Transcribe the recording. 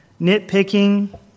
nitpicking